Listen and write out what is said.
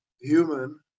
human